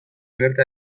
gerta